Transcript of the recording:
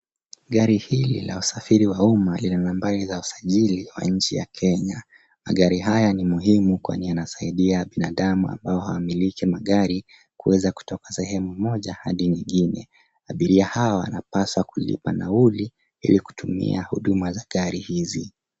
Gari hili la usafiri wa umma lina nambari za usajili wa nchi ya Kenya. Magari haya ni muhimu kwani yanasaidia binadamu ambao hawamiliki magari kuweza kutoka sehemu moja adi nyingine. Abiria hawa wanapaswa kulipa nauli ili kutumia huduma za gari hizi.